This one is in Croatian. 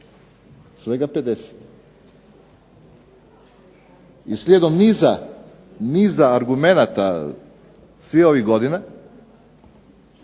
Svega 50. I slijedom niza argumenata svih ovih godina,